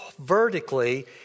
vertically